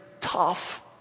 tough